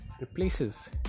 replaces